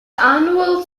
annual